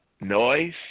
noise